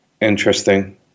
Interesting